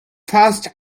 first